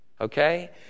okay